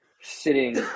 sitting